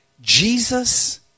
Jesus